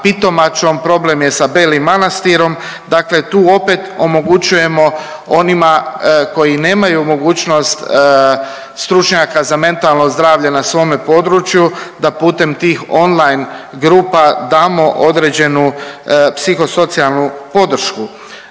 problem je se Belim Manastirom, dakle tu opet omogućujemo onima koji nemaju mogućnost stručnjaka za mentalno zdravlje na svome području da putem tih on line grupa damo određenu psihosocijalnu podršku.